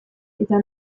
eta